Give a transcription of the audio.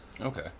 Okay